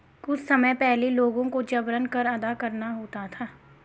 कुछ समय पहले लोगों को जबरन कर अदा करना होता था